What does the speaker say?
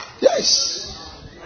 Yes